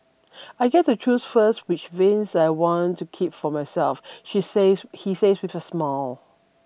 I get to choose first which vinyls I want to keep for myself she says he says with a smile